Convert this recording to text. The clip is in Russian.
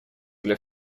для